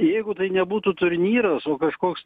jeigu tai nebūtų turnyras o kažkoks